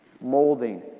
molding